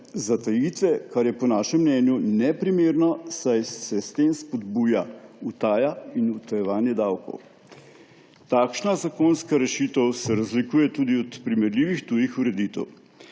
zatajitve, kar je po našem mnenju neprimerno, saj se s tem spodbuja utaja in utajevanje davkov. Takšna zakonska rešitev se razlikuje tudi od primerljivih tujih ureditev.